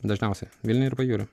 dažniausia vilniuj ir pajūry